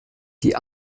die